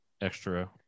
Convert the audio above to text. extra